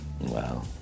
Wow